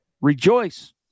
Rejoice